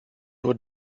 nur